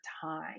time